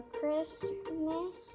Christmas